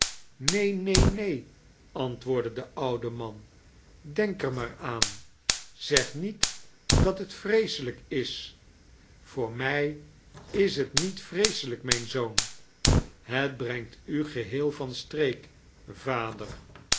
neen neen neen antwoordde de oude man denk er maar aan zeg met dat t vreeaelijk is voor mij is t niet vreeselijk mijn zoon het brengt u geheel van stireek rader